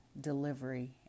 delivery